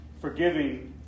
forgiving